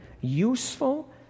useful